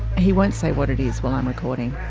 he won't say what it is while i'm recording.